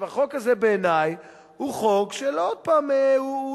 החוק הזה בעיני הוא חוק של עוד פעם ניסיון